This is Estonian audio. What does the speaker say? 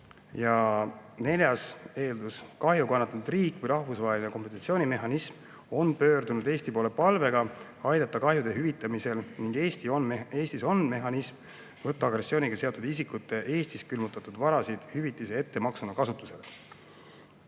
Ja neljas eeldus: kahju kannatanud riik või rahvusvaheline kompensatsioonimehhanism on pöördunud Eesti poole palvega aidata kahjude hüvitamisel ning Eestis on olemas mehhanism võtta agressiooniga seotud isikute Eestis külmutatud varasid hüvitise ettemaksuna kasutusele.